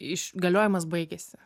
iš galiojimas baigėsi